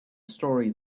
story